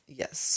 yes